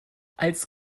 als